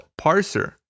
Parser